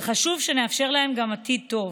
וחשוב שנאפשר להם גם עתיד טוב.